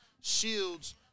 Shields